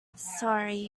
sorry